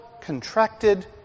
contracted